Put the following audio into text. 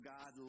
God